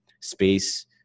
space